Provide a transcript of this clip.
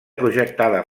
projectada